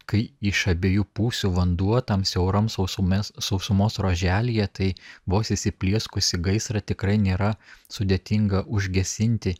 kai iš abiejų pusių vanduo tam siauram sausume sausumos ruoželyje tai vos įsiplieskusį gaisrą tikrai nėra sudėtinga užgesinti